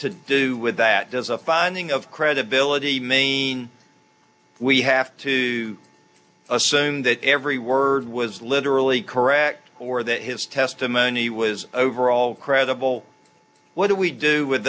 with that does a finding of credibility mean we have to assume that every word was literally correct or that his testimony was overall credible what do we do with